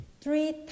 three